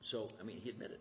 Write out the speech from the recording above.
so i mean he admitted